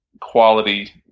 quality